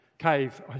cave